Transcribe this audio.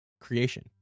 creation